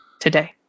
today